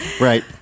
Right